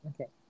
Okay